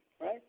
right